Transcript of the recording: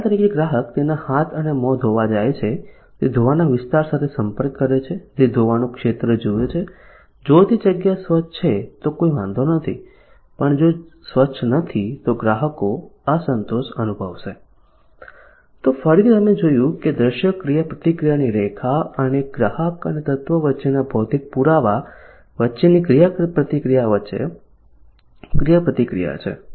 ઉદાહરણ તરીકે ગ્રાહક તેના હાથ અને મોં ધોવા જાય છે તે ધોવાના વિસ્તાર સાથે સંપર્ક કરે છે તે ધોવાનું ક્ષેત્ર જુએ છે જો તે જગ્યા સ્વછ છે તો કોઈ વાંધો નથી પણ જો તે સ્વછ નથી તો ગ્રાહકો અસંતોષ અનુભવશે તો ફરીથી તમે જોયું કે દ્રશ્ય ક્રિયાપ્રતિક્રિયાની રેખા અને ગ્રાહક અને તત્વ વચ્ચેના ભૌતિક પુરાવા વચ્ચેની ક્રિયાપ્રતિક્રિયા વચ્ચે ક્રિયાપ્રતિક્રિયા છે